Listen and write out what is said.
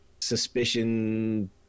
suspicion